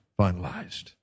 finalized